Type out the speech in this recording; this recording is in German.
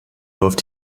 läuft